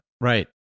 Right